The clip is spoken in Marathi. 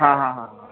हां हां हां